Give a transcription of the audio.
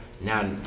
now